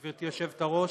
גברתי היושבת-ראש,